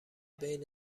بین